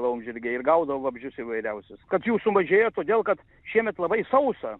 laumžirgiai ir gaudo vabzdžius įvairiausius kad jų sumažėjo todėl kad šiemet labai sausa